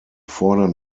fordern